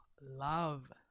love